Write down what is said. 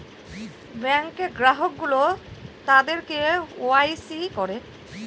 ব্যাঙ্কে গ্রাহক গুলো তাদের কে ওয়াই সি করে